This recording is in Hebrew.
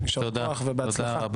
יישר כוח ובהצלחה.